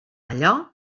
allò